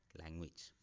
language